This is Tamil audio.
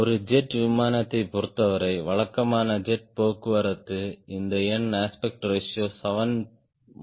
ஒரு ஜெட் விமானத்தைப் பொறுத்தவரை வழக்கமான ஜெட் போக்குவரத்து இந்த எண் அஸ்பெக்ட் ரேஷியோ 7 முதல் 7